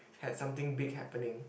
had something big happening